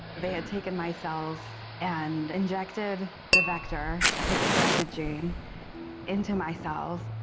they had taken my cells and injected the vector with the corrected gene into my cells.